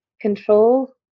control